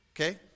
Okay